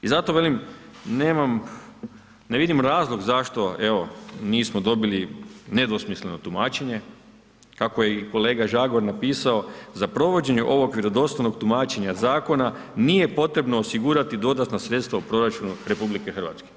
I zato velim, ne vidim razlog zašto evo nismo dobili nedvosmisleno tumačenje, kako je i kolega Žagar napisao, za provođenje ovog vjerodostojnog tumačenja zakona, nije potrebno osigurati dodatna sredstva u proračunu RH.